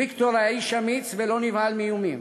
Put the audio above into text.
ויקטור היה איש אמיץ ולא נבהל מאיומים.